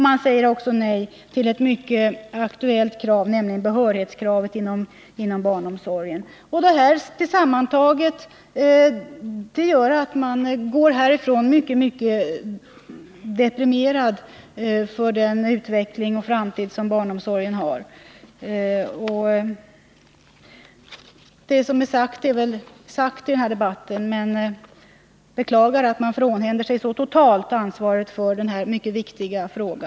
Man säger också nej till ett mycket aktuellt krav, nämligen behörighetskravet inom barnomsorgen. Detta sammantaget gör att jag går härifrån mycket deprimerad inför barnomsorgens utveckling och framtid. Det som är sagt är väl sagt i den här debatten, men jag beklagar att man så totalt frånhänder sig ansvaret för denna mycket viktiga fråga.